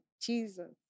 Jesus